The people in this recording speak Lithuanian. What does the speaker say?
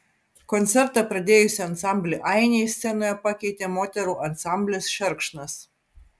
koncertą pradėjusį ansamblį ainiai scenoje pakeitė moterų ansamblis šerkšnas